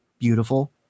Beautiful